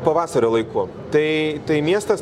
pavasario laiku tai tai miestas